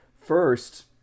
First